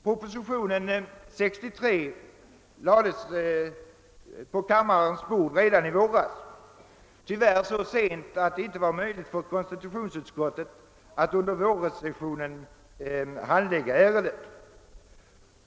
Propositionen 63 lades på kammarens bord redan i våras, tyvärr så sent att det inte var möjligt för konstitutionsutskottet att under vårsessionen handlägga ärendet.